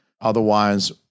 Otherwise